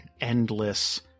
endless